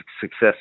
success